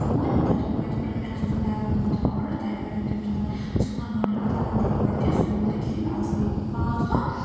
phone تۄہہِ دوٚپوُ مےٚ یِتھ پٲٹھ مےٚ حظ اوس بیگ کوٚرمُتَن آڈَر تۄہہِ وَنیو تَمہِ ساتہٕ ژوٚوُہَن گٲنٛٹَن اَندَر اَندَر واتہِ سُہ ووت نہٕ کِہیٖنۍ آز گٔے پانٛژھ دۄہ